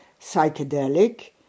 psychedelic